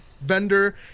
vendor